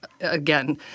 again